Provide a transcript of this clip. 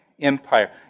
empire